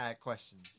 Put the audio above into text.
questions